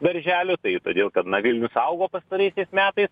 darželių tai todėl kad na vilniaus augo pastaraisiais metais